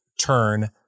turn